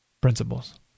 principles